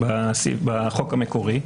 בחירות בחוק המקורי,